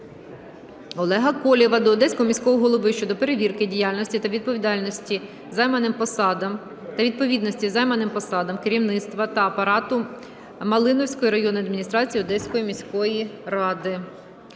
Олега Колєва до Одеського міського голови щодо перевірки діяльності та відповідності займаним посадам керівництва та апарату Малиновської районної адміністрації Одеської міської ради.